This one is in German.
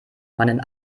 meinen